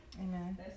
Amen